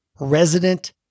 resident